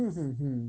mmhmm hmm